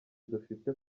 dufite